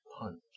punch